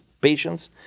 patients